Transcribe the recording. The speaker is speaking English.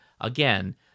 Again